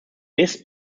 missed